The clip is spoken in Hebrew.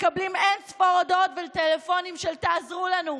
מקבלים אין ספור הודעות וטלפונים של "תעזרו לנו",